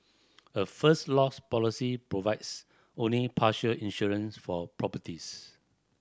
a First Loss policy provides only partial insurance for properties